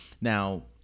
Now